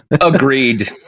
Agreed